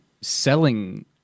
selling